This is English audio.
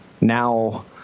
Now